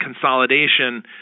consolidation